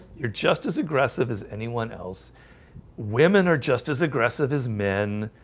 you're just as aggressive as anyone else women are just as aggressive as men.